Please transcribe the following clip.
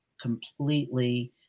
completely